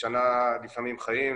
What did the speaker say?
משנה לפעמים חיים,